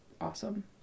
awesome